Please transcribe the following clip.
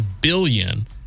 billion